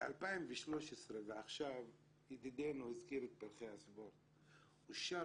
ב-2013 ועכשיו, ידידנו הזכיר את פרחי הספורט, אושר